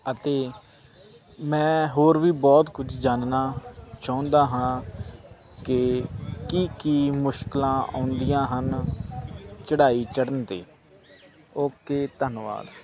ਅਤੇ ਮੈਂ ਹੋਰ ਵੀ ਬਹੁਤ ਕੁਝ ਜਾਣਨਾ ਚਾਹੁੰਦਾ ਹਾਂ ਕਿ ਕੀ ਕੀ ਮੁਸ਼ਕਲਾਂ ਆਉਂਦੀਆਂ ਹਨ ਚੜ੍ਹਾਈ ਚੜ੍ਹਨ 'ਤੇ ਓਕੇ ਧੰਨਵਾਦ